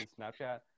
Snapchat